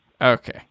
okay